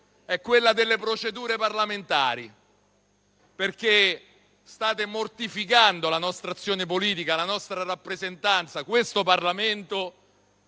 è quella delle procedure parlamentari, perché state mortificando la nostra azione politica, la nostra rappresentanza e questo Parlamento